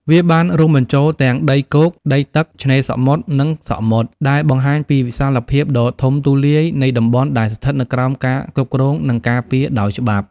វាបានរួមបញ្ចូលទាំងដីគោក ដីទឹក ឆ្នេរសមុទ្រ និងសមុទ្រ ដែលបង្ហាញពីវិសាលភាពដ៏ធំទូលាយនៃតំបន់ដែលស្ថិតនៅក្រោមការគ្រប់គ្រង និងការពារដោយច្បាប់។